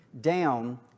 down